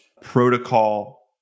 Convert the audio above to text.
protocol